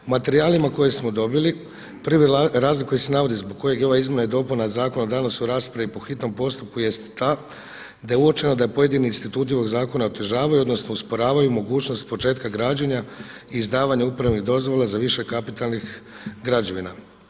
U materijalima koje smo dobili prvi razlog koji se navodi zbog kojeg je ova izmjena i dopunama zakona danas u raspravi po hitnom postupku jest ta je uočeno da pojedini instituti ovog zakona otežavaju odnosno usporavaju mogućnost početka građenja i izdavanja uporabnih dozvola za više kapitalnih građevina.